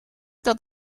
dat